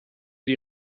die